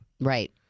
Right